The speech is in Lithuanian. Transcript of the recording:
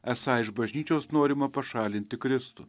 esą iš bažnyčios norima pašalinti kristų